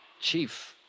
Chief